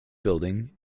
building